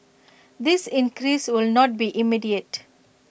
this increase will not be immediate